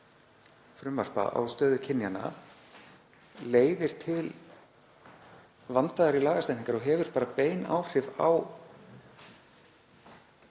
frumvarpa á stöðu kynjanna leiðir til vandaðri lagasetningar og hefur bein áhrif á